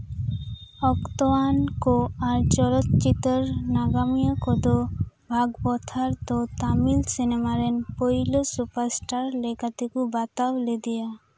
ᱚᱠᱛᱚᱣᱟᱱ ᱠᱚ ᱟᱨ ᱪᱚᱞᱚᱛ ᱪᱤᱛᱟᱹᱨ ᱱᱟᱜᱟᱢᱤᱭᱟᱹ ᱠᱚᱫᱚ ᱵᱷᱟᱜᱽᱵᱚᱛᱷᱟᱨ ᱫᱚ ᱛᱟᱹᱢᱤᱞ ᱥᱤᱱᱮᱢᱟ ᱨᱮᱱ ᱯᱳᱭᱞᱳ ᱥᱩᱯᱟᱨ ᱮᱥᱴᱟᱨ ᱞᱮᱠᱟ ᱛᱮᱠᱚ ᱵᱟᱛᱟᱣ ᱞᱮᱫᱮᱭᱟ